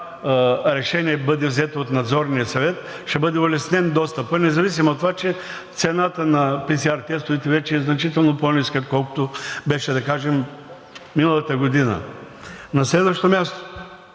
решение бъде взето от Надзорния съвет, ще бъде улеснен достъпът, независимо от това че цената на PCR тестовете вече е значително по-ниска, отколкото беше, да кажем, миналата година. На следващо място,